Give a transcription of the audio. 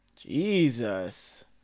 Jesus